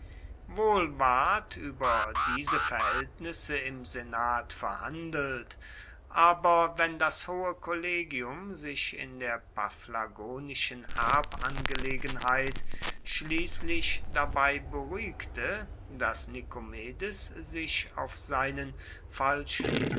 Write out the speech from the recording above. wohl ward über diese verhältnisse im senat verhandelt aber wenn das hohe kollegium sich in der paphlagonischen erbangelegenheit schließlich dabei beruhigte daß nikomedes sich auf seinen falschen